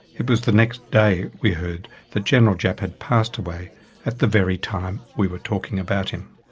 it was the next day we heard that general giap had passed away at the very time we were talking about him.